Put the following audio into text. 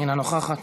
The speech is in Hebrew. אינה נוכחת,